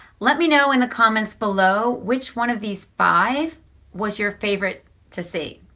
let me know in the comments below which one of these five was your favorite to see.